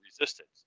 Resistance